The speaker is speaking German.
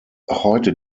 heute